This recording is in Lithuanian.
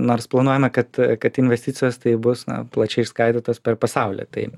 nors planuojama kad kad investicijos tai bus na plačiai išskaidytos per pasaulį tai